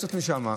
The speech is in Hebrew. לחצות משם.